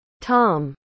Tom